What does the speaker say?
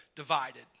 divided